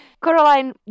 Caroline